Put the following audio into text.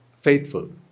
faithful